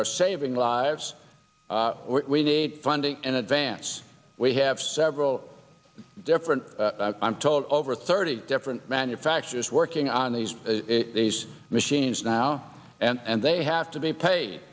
are saving lives we need funding in advance we have several different i'm told over thirty different manufacturers working on these these machines now and they have to be paid